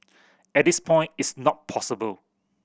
at this point it's not possible